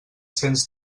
cents